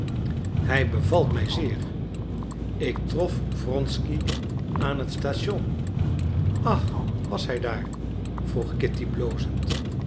hij bevalt mij zeer ik trof wronsky aan het station ach was hij daar vroeg kitty blozend